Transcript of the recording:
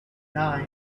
nine